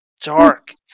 dark